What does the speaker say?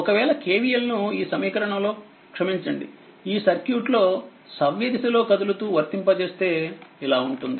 ఒకవేళ KVL ను ఈసమీకరణంలో క్షమించండి ఈ సర్క్యూట్ లో సవ్య దిశలో కదులుతూ వర్తింపజేస్తే ఇలా ఉంటుంది